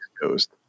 Coast